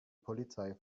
polizei